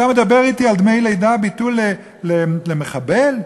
אתה מדבר אתי על ביטול דמי לידה למחבל?